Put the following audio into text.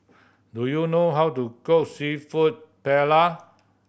do you know how to cook Seafood Paella